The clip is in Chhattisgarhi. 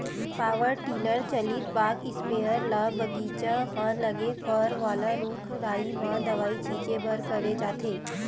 पॉवर टिलर चलित बाग इस्पेयर ल बगीचा म लगे फर वाला रूख राई म दवई छिते बर करे जाथे